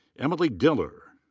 emily diller.